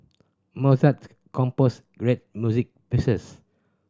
Mozart composed great music pieces